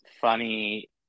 funny